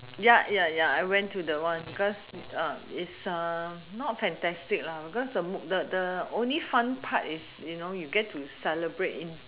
ya ya ya I went to the one because it's not fantastic cause the the the only fun part is you know you get to celebrate in